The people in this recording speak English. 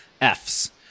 F's